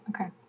Okay